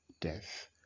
death